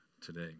today